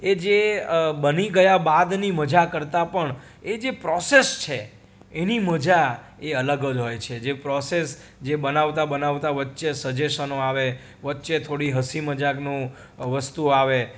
એ જે બની ગયા બાદની મજા કરતાં પણ એ જે પ્રોસેસ છે એની મજા એ અલગ જ હોય છે જે પ્રોસેસ જે બનાવતા બનાવતા વચ્ચે સજેશનો આવે વચ્ચે થોડી મજાકનું વસ્તુ આવે